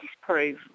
disprove